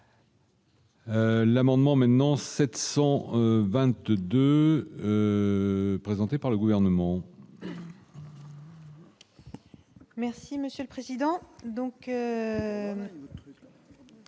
L'amendement maintenant 722 présenté par le gouvernement. Merci monsieur le président,